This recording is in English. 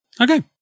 Okay